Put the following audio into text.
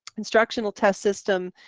instructional test system,